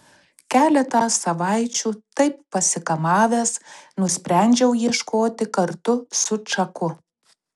keletą savaičių taip pasikamavęs nusprendžiau ieškoti kartu su čaku